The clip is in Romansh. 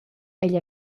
egl